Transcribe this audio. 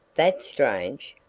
that's strange,